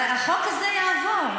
החוק הזה יעבור,